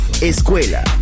escuela